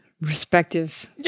respective